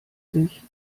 sich